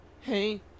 Hey